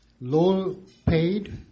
low-paid